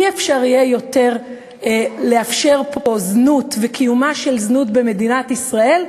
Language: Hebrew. אי-אפשר יותר לאפשר פה זנות וקיום של זנות במדינת ישראל,